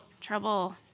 Trouble